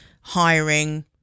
hiring